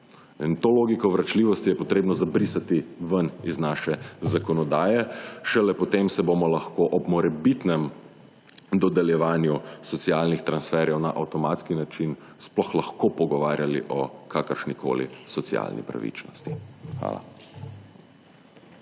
– 17.35** (nadaljevanje) zabrisati ven iz naše zakonodaje. Šele potem se bomo lahko ob morebitnem dodeljevanju socialnih transferjev na avtomatski način sploh lahko pogovarjali o kakršni koli socialni pravičnosti. Hvala.